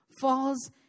falls